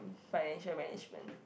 financial management